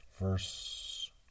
verse